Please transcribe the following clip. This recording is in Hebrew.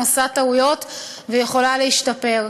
עושה טעויות ויכולה להשתפר.